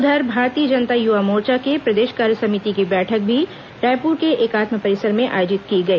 उधर भारतीय जनता युवा मोर्चा के प्रदेश कार्य समिति की बैठक भी रायपुर के एकात्म परिसर में आयोजित की गई